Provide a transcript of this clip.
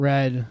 Red